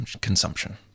consumption